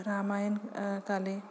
रामायणं काले